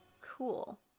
Cool